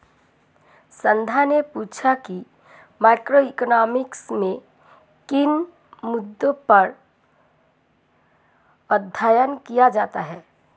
संध्या ने पूछा कि मैक्रोइकॉनॉमिक्स में किन मुद्दों पर अध्ययन किया जाता है